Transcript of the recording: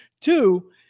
two